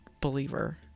believer